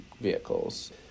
vehicles